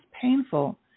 painful